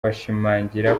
bashimangira